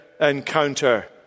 encounter